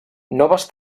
noves